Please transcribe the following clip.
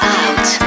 out